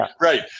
right